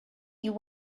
you